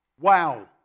Wow